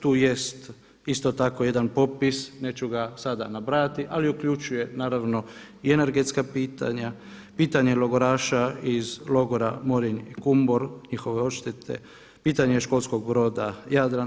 Tu jest isto tako jedan popis, neću ga sada nabrajati, ali uključuje naravno i energetska pitanja, pitanja logoraša iz logora … njihove odštete, pitanje školskog broda, Jadran.